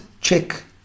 check